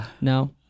no